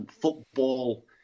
Football